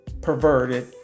perverted